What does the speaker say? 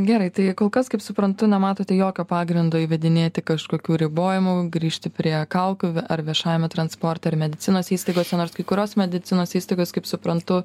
gerai tai kol kas kaip suprantu nematote jokio pagrindo įvedinėti kažkokių ribojimų grįžti prie kaukių ar viešajame transporte ar medicinos įstaigose nors kai kurios medicinos įstaigos kaip suprantu